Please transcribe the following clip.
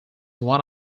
one